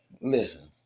Listen